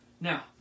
Now